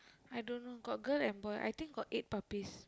I don't know got girl and boy I think got eight puppies